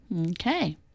Okay